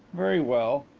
very well,